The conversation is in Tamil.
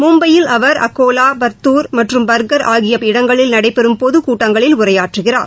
மும்பையில் அவர் அக்கோலா பர்த்துர் மற்றும் பர்கர் ஆகிய இடங்களில் நடைபெறும் பொதுக்கூட்டங்களில் உரையாற்றுகிறார்